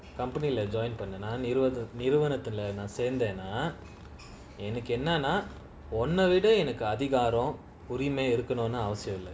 company lah join பண்ணீனாநிறுவனத்துலநான்சேர்ந்தேனாஎனக்குஎன்னனாஉன்னவிடஎனக்குஅதிகாரம்உரிமைஇருக்கணும்னுஅவசியம்இல்ல:pannena niruvanathula nan sernthena enaku ennana unna vida enaku adhigaram urimai irukanumnu avasiyam illa